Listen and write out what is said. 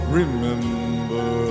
remember